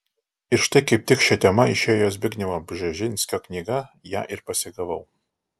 ir štai kaip tik šia tema išėjo zbignevo bžezinskio knyga ją ir pasigavau